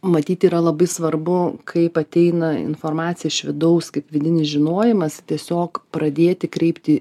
matyt yra labai svarbu kaip ateina informacija iš vidaus kaip vidinis žinojimas tiesiog pradėti kreipti